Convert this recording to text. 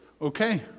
okay